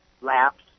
laps